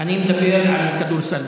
אני מדבר על כדורסל.